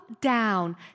down